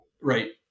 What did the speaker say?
right